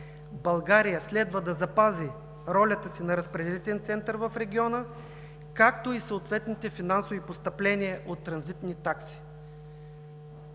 България следва да запази ролята си на разпределителен център в региона, както и съответните финансови постъпления от транзитни такси.